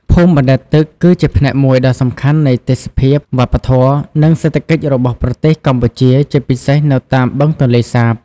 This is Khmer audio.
ភូមិបណ្តែតទឹកគឺជាផ្នែកមួយដ៏សំខាន់នៃទេសភាពវប្បធម៌ និងសេដ្ឋកិច្ចរបស់ប្រទេសកម្ពុជា ជាពិសេសនៅតាមបឹងទន្លេសាប។